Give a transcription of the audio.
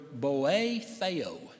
boetheo